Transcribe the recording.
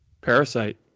Parasite